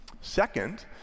Second